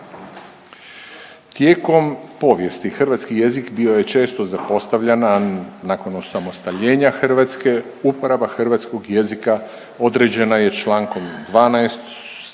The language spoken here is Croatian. Tijekom povijesti hrvatski jezik bio je često zapostavljan, a nakon osamostaljenja Hrvatske, uporaba hrvatskog jezika određena je čl. 12. st.